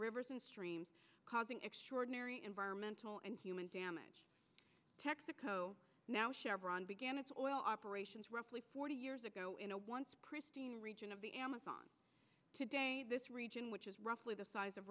rivers and streams causing extraordinary environmental and human damage texaco now chevron began its oil operations roughly forty years ago in a pristine region of the amazon today this region which is roughly the size of